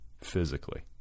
physically